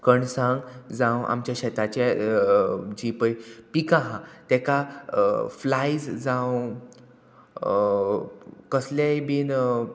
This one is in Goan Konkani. कणसांक जावं आमच्या शेताचे जी पय पिकां आहा तेका फ्लायज जावं कसलेय बीन